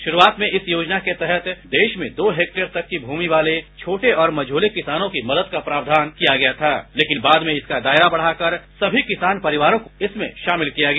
गुरूआत में इस योजना के तहत देश में दो हेक्टेयर तक की भूमि वाले सभी छोटे और मझौले किसानों की मदद का प्रावधान किया गया था लेकिन बाद में इसका दायरा बढ़ाकर सभी किसान परिवारों को इसमें शामिल किया गया